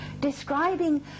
describing